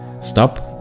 Stop